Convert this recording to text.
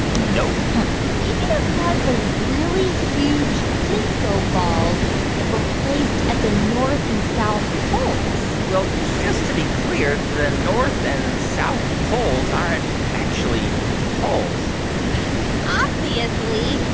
no maybe they're caused by really huge disco balls that were placed at the north and south poles well, just to be clear, the north and south poles aren't actually poles obviously.